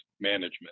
management